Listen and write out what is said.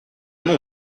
non